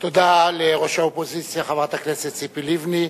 תודה לראש האופוזיציה חברת הכנסת ציפי לבני.